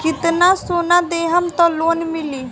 कितना सोना देहम त लोन मिली?